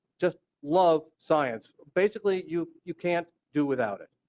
just love science. basically you you can't do without it.